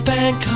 Bank